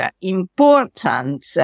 important